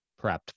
prepped